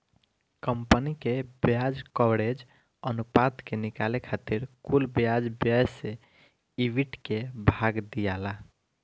company के ब्याज coverage अनुपात के निकाले खातिर कुल ब्याज व्यय से ईबिट के भाग दियाला